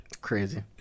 Crazy